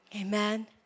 Amen